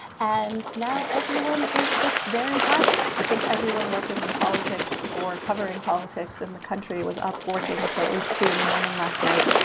and now everyone is just very tired. i think everyone working in politics or covering politics in the country was up working until at least two zero in the morning last night.